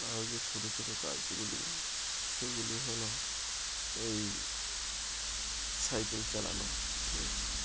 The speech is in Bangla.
আরও যে ছোটো ছোটো কাজগুলি সেগুলি হলো এই সাইকেল চালানো ঠিক আছে